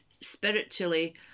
spiritually